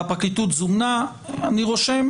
אני רושם